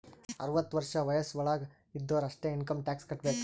ಅರ್ವತ ವರ್ಷ ವಯಸ್ಸ್ ವಳಾಗ್ ಇದ್ದೊರು ಅಷ್ಟೇ ಇನ್ಕಮ್ ಟ್ಯಾಕ್ಸ್ ಕಟ್ಟಬೇಕ್